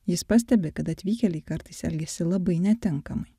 jis pastebi kad atvykėliai kartais elgiasi labai netinkamai